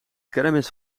kermis